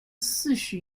四十